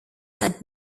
had